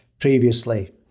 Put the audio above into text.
previously